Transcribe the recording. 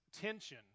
tension